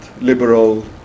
liberal